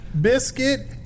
Biscuit